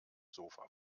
sofa